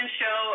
show